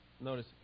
notice